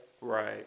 Right